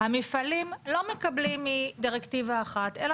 אם היינו מדברים רק על דירקטיבה אחת או